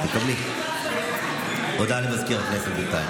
בינתיים, הודעה למזכיר הכנסת.